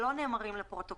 כל נוסע שנכנס לתחומי